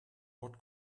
what